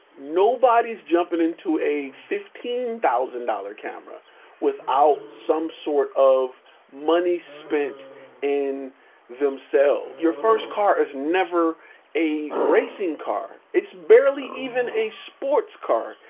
nobody's jumping into a fifteen thousand dollars camera without some sort of money spent in themselves. your first car is never a racing car. it's barely even a sports car.